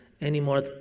anymore